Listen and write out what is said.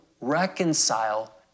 reconcile